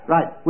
Right